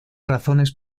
razones